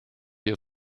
your